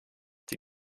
die